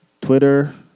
Twitter